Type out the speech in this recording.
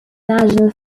national